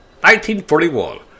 1941